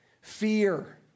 Fear